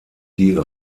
die